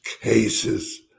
cases